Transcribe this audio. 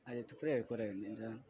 अझ थुप्रैहरू कुराहरू दिन्छन्